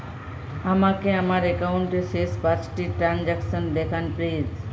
আমাকে আমার একাউন্টের শেষ পাঁচটি ট্রানজ্যাকসন দেখান প্লিজ